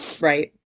right